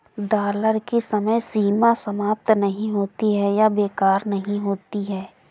dollar की समय सीमा समाप्त नहीं होती है या बेकार नहीं होती है